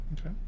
Okay